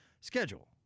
Schedule